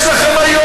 יש לכם היום